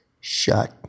shut